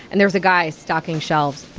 and there was a guy stocking shelves,